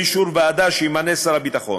באישור ועדה שימנה שר הביטחון,